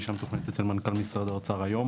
פגישה מתוכננת אצל מנכ"ל משרד האוצר היום,